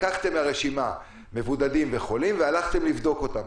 לקחתם מהרשימה מבודדים וחולים והלכתם לבדוק אותם.